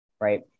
Right